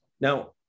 Now